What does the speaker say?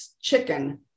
chicken